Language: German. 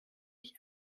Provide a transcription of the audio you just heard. ich